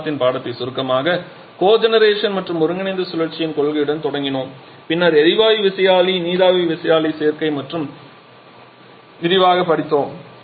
இந்த வாரத்தின் பாடத்தை சுருக்கமாக கோஜெனரேஷன் மற்றும் ஒருங்கிணைந்த சுழற்சியின் கொள்கையுடன் தொடங்கினோம் பின்னர் எரிவாயு விசையாழி நீராவி விசையாழி சேர்க்கை பற்றி விரிவாக படித்தோம்